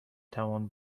توان